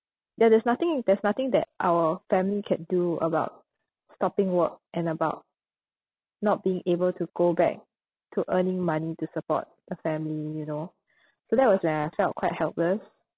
ya there's nothing there's nothing that our family can do about stopping work and about not being able to go back to earning money to support the family you know so that was when I felt quite helpless